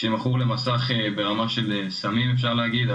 הוא מכור למסך ברמה של סמים אפשר להגיד,